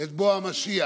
את בוא המשיח.